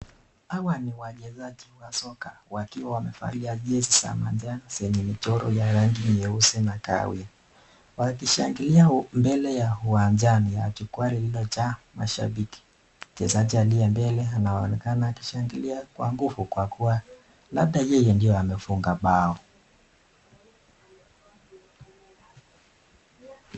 Hawa ni wachezaji wa soka wakiwa wamevalia jezi za manjano zenye michoro ya rangi nyeusi na kahawia. Wakishangilia mbele ya uwanjani ya jukwaa lililojaa mashabiki. Mchezaji aliye mbele anaonekana akishangilia kwa nguvu kwa kuwa labda yeye ndio amefunga bao.